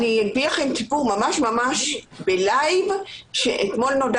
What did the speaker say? אני אספר לכם סיפור ממש ב"לייב" שאתמול נודע